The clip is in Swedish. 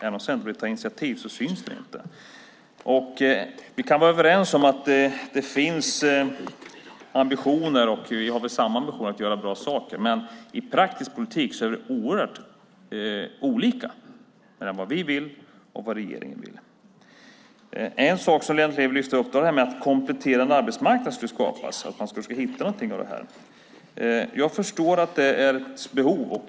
Även om Centerpartiet tar initiativ syns det inte. Vi kan vara överens om att det finns ambitioner. Vi har väl samma ambitioner att göra bra saker. Men i praktisk politik är det oerhört olika mellan vad vi vill och vad regeringen vill. En sak som Lennart Levi lyfte upp var att en kompletterande arbetsmarknad skulle skapas. Man skulle försöka hitta något av det. Jag förstår att det är ett behov.